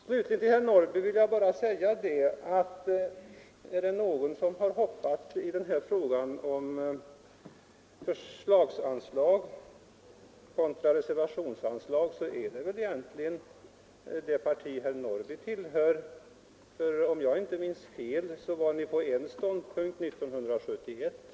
Till herr Norrby vill jag slutligen bara säga att om det är någon som har ”hoppat” i den här frågan om förslagsanslag kontra reservationsanslag så är det väl egentligen det parti som herr Norrby tillhör. Om jag inte minns fel hade ni en ståndpunkt år 1971.